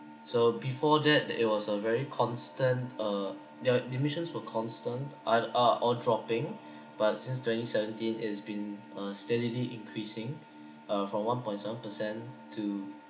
so before that it was a very constant uh the emissions were constant ah uh oh dropping but since twenty seventeen it's been uh steadily increasing uh from one point seven percent to